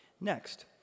Next